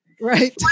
Right